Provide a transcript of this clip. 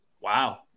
Wow